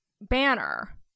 banner